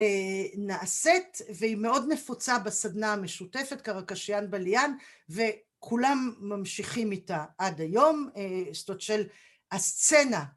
נעשית והיא מאוד נפוצה בסדנה המשותפת קרקשיאן בליאן וכולם ממשיכים איתה עד היום, זאת אומרת של הסצנה